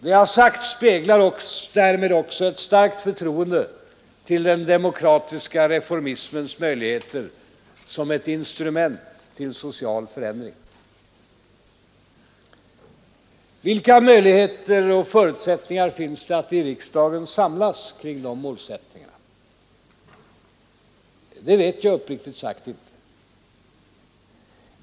Det jag sagt speglar därmed också ett starkt förtroende till den demokratiska reformismens möjligheter som ett instrument till social förändring. Vilka möjligheter och förutsättningar finns det i riksdagen att samlas kring dessa målsättningar? Det vet jag uppriktigt sagt inte.